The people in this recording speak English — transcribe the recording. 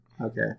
Okay